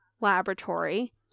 laboratory